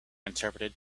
interpreted